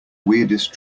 weirdest